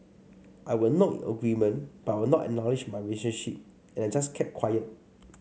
I would nod in agreement but I would not acknowledge my relationship and I just kept quiet